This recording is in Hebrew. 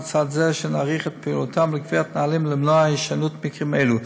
בצד זה שנעריך את פעילותם לקביעת נהלים למנוע הישנות מקרים אלו.